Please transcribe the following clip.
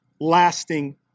lasting